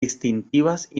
distintivas